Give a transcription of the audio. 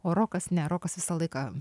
o rokas ne rokas visą laiką